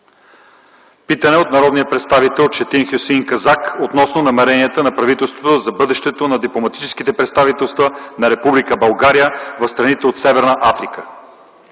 Питане от народния представител Четин Хюсеин Казак относно намеренията на правителството за бъдещето на дипломатическите представителства на Република България в страните от Северна Африка.